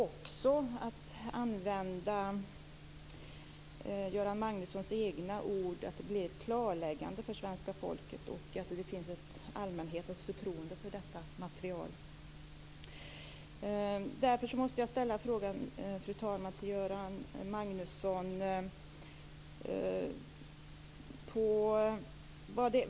Det är viktigt att det blir ett klarläggande för svenska folket, för att använda Göran Magnussons egna ord, och att allmänheten har förtroende för detta material. Fru talman! Jag måste därför ställa en fråga till Göran Magnusson.